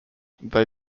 they